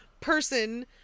person